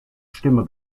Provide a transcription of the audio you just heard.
stimme